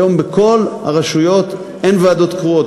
היום בכל הרשויות אין ועדות קרואות.